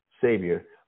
Savior